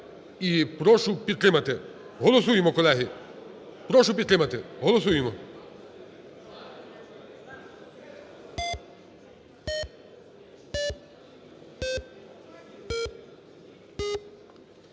прошу підтримати. Голосуємо, колеги. Прошу підтримати. Голосуємо.